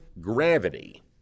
gravity